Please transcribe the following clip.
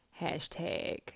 hashtag